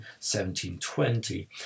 1720